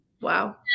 Wow